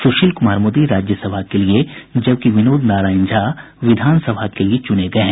सुशील कुमार मोदी राज्यसभा के लिये जबकि विनोद नारायण झा विधानसभा के लिए चुने गए हैं